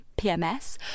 pms